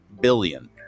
billion